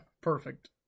perfect